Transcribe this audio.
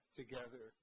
together